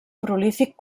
prolífic